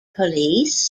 police